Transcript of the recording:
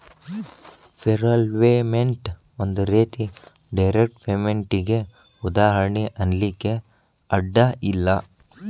payroll payment ಒಂದ್ ರೇತಿ direct ಪೇಮೆನ್ಟಿಗೆ ಉದಾಹರ್ಣಿ ಅನ್ಲಿಕ್ಕೆ ಅಡ್ಡ ಇಲ್ಲ